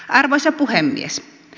arvoisa puhemies